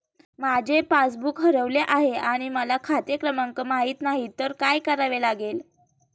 माझे पासबूक हरवले आहे आणि मला खाते क्रमांक माहित नाही तर काय करावे लागेल?